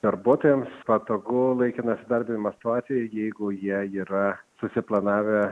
darbuotojams patogu laikinas įdarbinimas tuo atveju jeigu jie yra susiplanavę